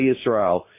Israel